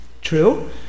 True